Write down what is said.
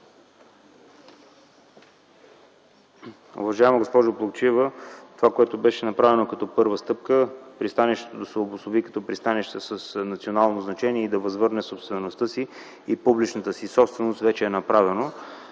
Уважаема госпожо Плугчиева, това, което беше направено като първа стъпка – пристанището да се обособи като пристанище с национално значение и да възвърне собствеността си и публичната си собственост, вече е направено.